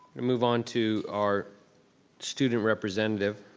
move onto our student representative.